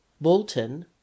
Bolton